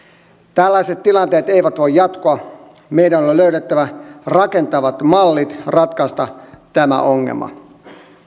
tällaiset tilanteet eivät voi jatkua meidän on löydettävä rakentavat mallit ratkaista tämä ongelma